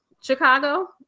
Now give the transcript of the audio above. Chicago